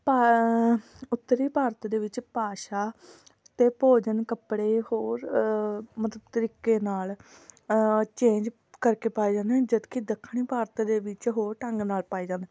ਭਾ ਉੱਤਰੀ ਭਾਰਤ ਦੇ ਵਿੱਚ ਭਾਸ਼ਾ ਅਤੇ ਭੋਜਨ ਕੱਪੜੇ ਹੋਰ ਮਤਲਬ ਤਰੀਕੇ ਨਾਲ ਚੇਂਜ ਕਰਕੇ ਪਾਏ ਜਾਂਦੇ ਹਨ ਜਦਕਿ ਦੱਖਣੀ ਭਾਰਤ ਦੇ ਵਿੱਚ ਹੋਰ ਢੰਗ ਨਾਲ ਪਾਏ ਜਾਂਦੇ